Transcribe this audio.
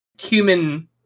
human